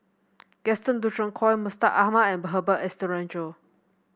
Gaston Dutronquoy Mustaq Ahmad and Herbert Eleuterio